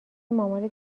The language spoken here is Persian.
مامانت